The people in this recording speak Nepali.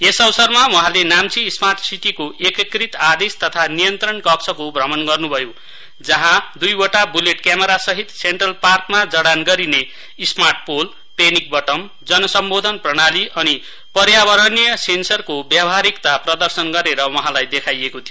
यस अवसरमा उहाँले नाम्ची स्मार्ट सिटीको एकिकृत आदेश तथा नियन्त्रण कक्षको भ्रमण गर्नुभयो जहाँ दुईवटा बुलेट क्यामेरासहित सेन्ट्रल पार्कमा जाड गरिने स्मार्ट पोल पेनिक बटम जनसम्बोधन प्रणाली अनि पर्यावरणीय सेन्सरको व्यवहारिकता प्रदर्शन गरेर उहाँलाई देखाइएको थियो